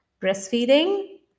breastfeeding